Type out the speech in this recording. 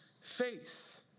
Faith